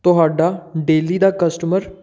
ਤੁਹਾਡਾ ਡੇਲੀ ਦਾ ਕਸਟਮਰ